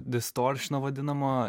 distoršino vadinamo